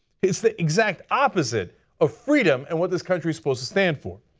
is the exact opposite of freedom and what this country is supposed to stand for.